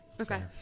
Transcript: Okay